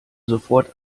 sofort